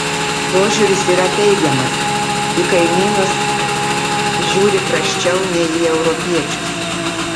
požiūris yra teigiamas į kaimynus žiūri prasčiau nei į europiečius